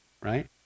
Right